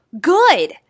good